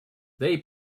they